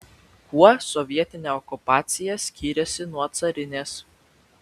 kuo sovietinė okupacija skyrėsi nuo carinės